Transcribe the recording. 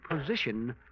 position